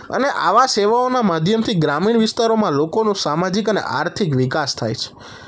અને આવા સેવાઓના માધ્યમથી ગ્રામીણ વિસ્તારોમાં લોકોનું સામાજિક અને આર્થિક વિકાસ થાય છે